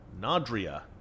Nadria